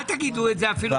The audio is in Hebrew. אל תגידו את זה אפילו.